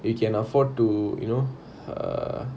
we can afford to you know err